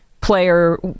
player